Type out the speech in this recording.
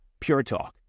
PureTalk